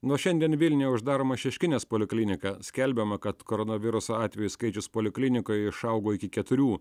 nuo šiandien vilniuje uždaroma šeškinės poliklinika skelbiama kad koronaviruso atvejų skaičius poliklinikoje išaugo iki keturių